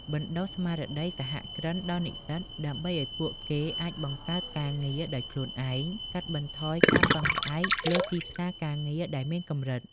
បណ្តុះស្មារតីសហគ្រិនដល់និស្សិត ដើម្បីឱ្យពួកគេអាចបង្កើតការងារដោយខ្លួនឯង កាត់បន្ថយការពឹងផ្អែកលើទីផ្សារការងារដែលមានកម្រិត។